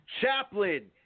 Chaplain